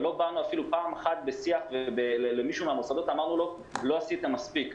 ולא באנו אפילו פעם אחת בשיח למישהו מהמוסדות ואמרנו לו: לא עשית מספיק.